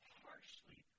harshly